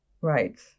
right